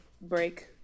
break